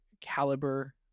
caliber